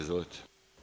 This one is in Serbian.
Izvolite.